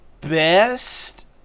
best